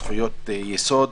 זכויות היסוד,